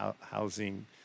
housing